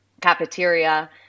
cafeteria